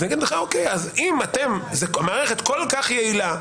אומר לך: אם המערכת כל כך יעילה,